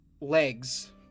legs